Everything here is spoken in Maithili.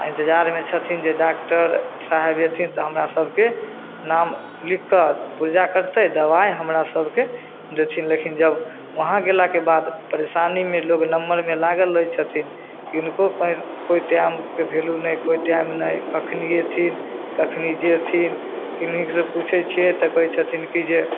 आओर इन्तजारमे छथिन जे डॉक्टर साहब अएथिन तऽ हमरा सभके नाम लिखिकऽ पुरजा कटतै दवाइ हमरा सभके देथिन लेकिन जब वहाँ गेलाके बाद परेशानीमे लोक नम्बरमे लागल रहै छथिन किनको कहीँ कोइ टाइमके वैल्यू नहि कोइ टाइम नहि कखन अएथिन कखन जएथिन किनही से पुछै छिए तऽ कहै छथिन कि जे